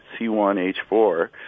C1H4